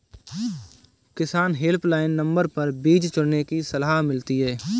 किसान helpline number पर बीज चुनने की सलाह मिलती है